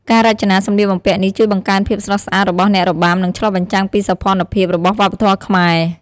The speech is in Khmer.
ការរចនាសម្លៀកបំពាក់នេះ ជួយបង្កើនភាពស្រស់ស្អាតរបស់អ្នករបាំ និងឆ្លុះបញ្ចាំងពីសោភ័ណភាពរបស់វប្បធម៌ខ្មែរ។